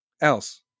else